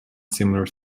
similar